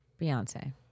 Beyonce